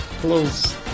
close